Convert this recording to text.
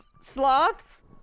Sloths